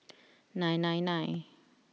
nine nine nine